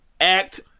act